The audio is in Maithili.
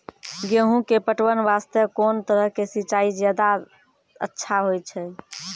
गेहूँ के पटवन वास्ते कोंन तरह के सिंचाई ज्यादा अच्छा होय छै?